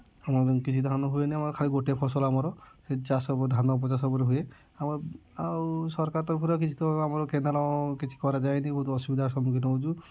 ଆମର କିଛି ଧାନ ହୁଏ ନାହିଁ ଆମର ଖାଲି ଗୋଟେ ଫସଲ ଆମର ସେ ଚାଷ ଧାନ ଚାଷ ବୋଲି ହୁଏ ଆମର ଆଉ ସରକାର ତରଫରୁ କିଛି ତ ଆମର କେନାଲ୍ କିଛି କରାଯାଏନି ବହୁତୁ ଅସୁବିଧାର ସମ୍ମୁଖୀନ ହେଉଛୁ